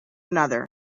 another